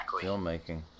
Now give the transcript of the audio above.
filmmaking